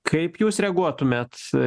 kaip jūs reaguotumėt